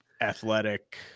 athletic